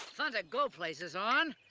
fun to go places on.